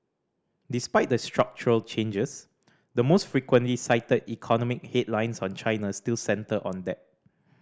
despite the structural changes the most frequently cited economic headlines on China still centre on debt